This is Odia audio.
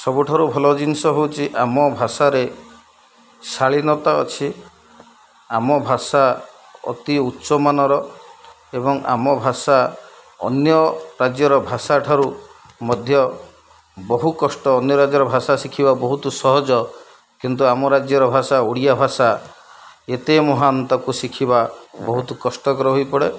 ସବୁଠାରୁ ଭଲ ଜିନିଷ ହେଉଛି ଆମ ଭାଷାରେ ଶାଳୀନତା ଅଛି ଆମ ଭାଷା ଅତି ଉଚ୍ଚମାନର ଏବଂ ଆମ ଭାଷା ଅନ୍ୟ ରାଜ୍ୟର ଭାଷା ଠାରୁ ମଧ୍ୟ ବହୁ କଷ୍ଟ ଅନ୍ୟ ରାଜ୍ୟର ଭାଷା ଶିଖିବା ବହୁତ ସହଜ କିନ୍ତୁ ଆମ ରାଜ୍ୟର ଭାଷା ଓଡ଼ିଆଭାଷା ଏତେ ମହାନ୍ ତାକୁ ଶିଖିବା ବହୁତ କଷ୍ଟକର ହୋଇ ପଡ଼େ